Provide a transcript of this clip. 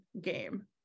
game